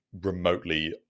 remotely